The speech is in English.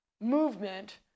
movement